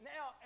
Now